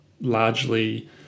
largely